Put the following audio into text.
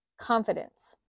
confidence